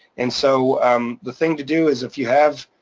and so the thing to do is if you have.